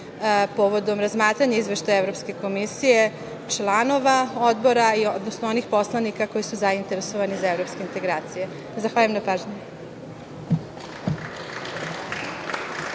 povodom razmatranja Izveštaja Evropske komisije, članova odbora odnosno onih poslanika koji su zainteresovani za evropske integracije. Zahvaljujem na pažnji.